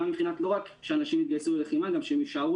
לא רק כדי שאנשים יתגייסו ללחימה אלא גם כדי שהם יישארו